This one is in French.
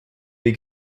des